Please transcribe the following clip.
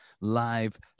live